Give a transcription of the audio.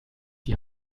die